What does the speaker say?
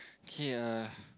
K uh